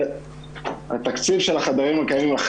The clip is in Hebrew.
התקציב של החדרים הקיימים,